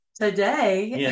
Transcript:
today